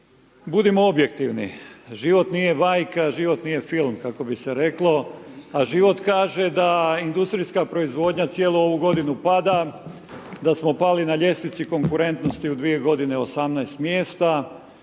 Budimo objektivni, život nije bajka, život nije film, kako bi se reklo, a život kaže da industrijska proizvodnja cijelu ovu godinu pada, da smo pali na ljestvici konkurentnosti u dvije godine 18 mjesta,